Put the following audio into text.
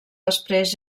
després